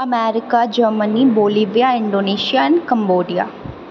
America Germany Bolivia Indonesia and Cambodia